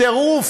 טירוף.